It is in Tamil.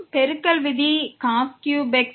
பெருக்கல் விதி x உள்ளது